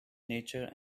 nature